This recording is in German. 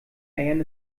eiern